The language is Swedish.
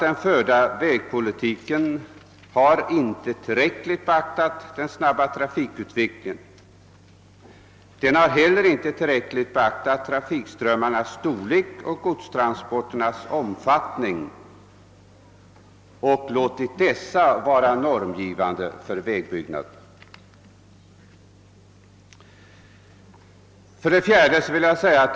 Den förda vägpolitiken har inte tillräckligt beaktat den snabba trafikutvecklingen, och den har inte heller tagit tillräcklig hänsyn till trafikströmmarnas storlek och godstransporternas omfattning och låtit detta vara normgivande för vägbyggandet. 4.